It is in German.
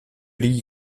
die